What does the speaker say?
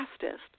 fastest